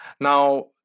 Now